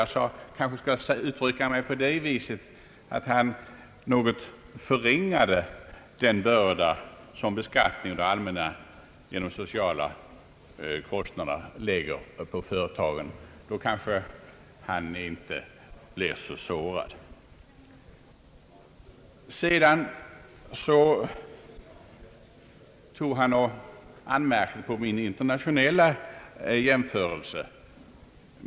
Jag kanske skall uttrycka mig på det viset, att han något förringade den börda som beskattningen från det allmännas sida i form av indirekta och direkta skatter och genom sociala kostnader lägger på företagen. Då kanske herr Eriesson inte blir så sårad. Herr Ericsson anmärkte också på min internationella jämförelse.